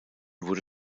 wurde